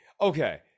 okay